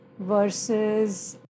versus